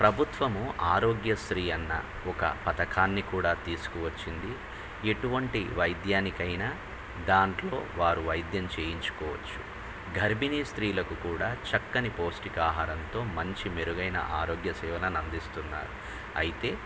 ప్రభుత్వము ఆరోగ్య శ్రీ అన్న ఒక పథకాన్ని కూడా తీసుకువచ్చింది ఎటువంటి వైద్యానికైనా దాంట్లో వారు వైద్యం చేయించుకోవచ్చు గర్భినీ స్త్రీలకు కూడా చక్కని పోష్టిక ఆహారంతో మంచి మెరుగైన ఆరోగ్య సేవలను అందిస్తున్నారు అయితే